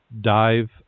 dive